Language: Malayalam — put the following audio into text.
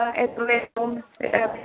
ആ എത്ര